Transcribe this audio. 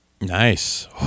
Nice